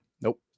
Nope